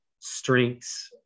strengths